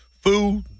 Food